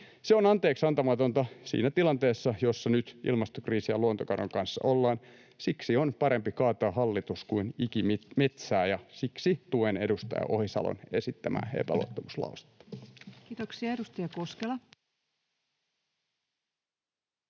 Se on anteeksiantamatonta siinä tilanteessa, jossa nyt ilmastokriisin ja luontokadon kanssa ollaan. Siksi on parempi kaataa hallitus kuin ikimetsää, ja siksi tuen edustaja Ohisalon esittämää epäluottamuslausetta. [Speech 226] Speaker: